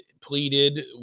pleaded